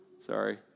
Sorry